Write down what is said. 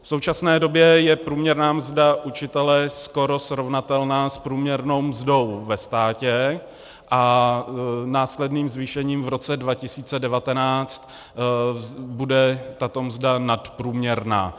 V současné době je průměrná mzda učitele skoro srovnatelná s průměrnou mzdou ve státě a následným zvýšením v roce 2019 bude tato mzda nadprůměrná.